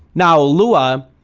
now, lua,